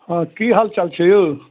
हँ कि हालचाल छै यौ